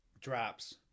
drops